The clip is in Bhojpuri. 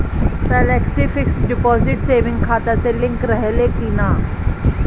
फेलेक्सी फिक्स डिपाँजिट सेविंग खाता से लिंक रहले कि ना?